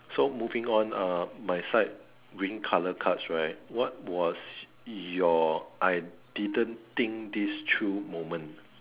so moving on uh my side green colour cards right what was your I didn't think this through moment